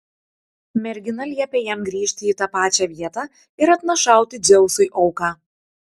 mergina liepė jam grįžti į tą pačią vietą ir atnašauti dzeusui auką